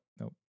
Nope